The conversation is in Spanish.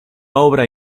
obra